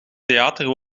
theater